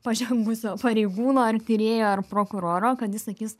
pažengusio pareigūno ar tyrėjo ar prokuroro kad jis sakys